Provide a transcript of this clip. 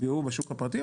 נפגעו בשוק הפרטי,